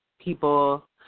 people